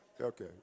Okay